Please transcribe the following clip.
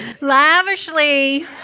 lavishly